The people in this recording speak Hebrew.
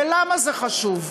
ולמה זה חשוב?